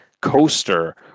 coaster